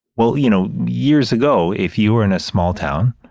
well, you know, years ago, if you were in a small town